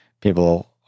people